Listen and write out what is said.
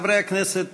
חברי הכנסת,